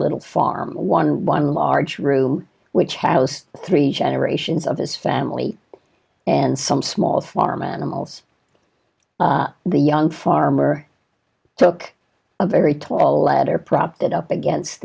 little farm one one large room which has three generations of his family and some small farm animals the young farmer took a very tall ladder propped it up against